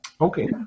Okay